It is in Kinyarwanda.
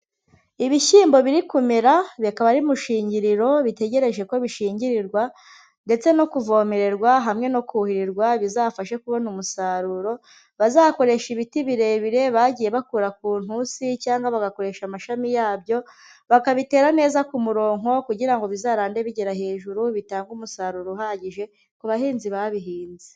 Ibishyimbo biri kumera bikaba ari mushingiriro, bitegereje ko bishingirwa, ndetse no kuvomererwa, hamwe no kuhirirwa bizafashe kubona umusaruro. Bazakoresha ibiti birebire bagiye bakura ku ntusi cyangwa bagakoresha amashami yabyo, bakabitera neza ku murongo kugira ngo bizarande bigera hejuru, bitange umusaruro uhagije ku bahinzi babihinze.